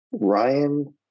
Ryan